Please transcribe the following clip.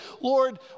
Lord